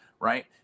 Right